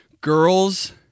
Girls